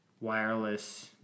wireless